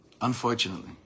Unfortunately